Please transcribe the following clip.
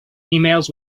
emails